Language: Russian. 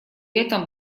этом